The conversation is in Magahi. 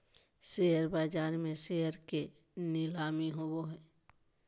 शेयर बाज़ार में शेयर के नीलामी होबो हइ